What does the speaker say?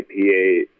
IPA